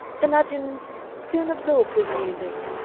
the legend soon absorbed his music,